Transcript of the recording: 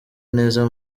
neza